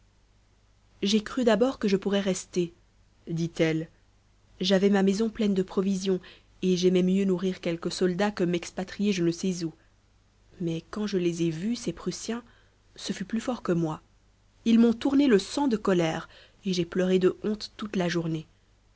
j'ai cru d'abord que je pourrais rester dit-elle j'avais ma maison pleine de provisions et j'aimais mieux nourrir quelques soldats que m'expatrier je ne sais où mais quand je les ai vus ces prussiens ce fut plus fort que moi ils m'ont tourné le sang de colère et j'ai pleuré de honte toute la journée